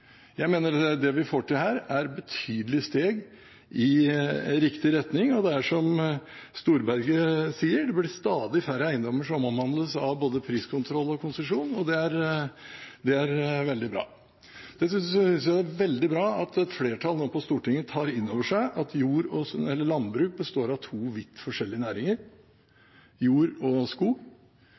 Jeg mener det vi får til her, er betydelige steg i riktig retning, og det er som Storberget sier: Det blir stadig færre eiendommer som omhandles av både priskontroll og konsesjon, og det er veldig bra. Dessuten synes jeg det er veldig bra at et flertall på Stortinget nå tar innover seg at landbruk består av to vidt forskjellige næringer: jord og skog.